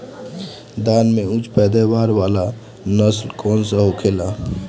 धान में उच्च पैदावार वाला नस्ल कौन सा होखेला?